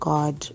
God